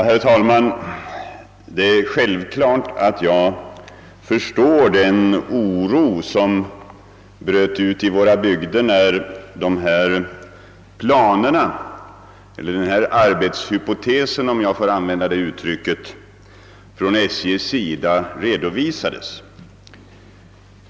Herr talman! Jag förstår självfallet den oro som bröt ut i våra bygder när denna arbetshypotes — om jag får använda det uttrycket — redovisades från SJ:s sida.